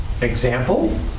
Example